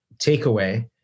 takeaway